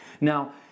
Now